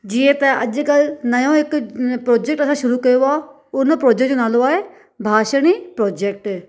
जीअं त अॼकल्ह नयो हिकु प्रोजैक्ट असां शुरू कयो आहे उन प्रोजैक्ट जो नालो आहे भाषणी प्रोजैक्ट